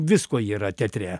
visko yra teatre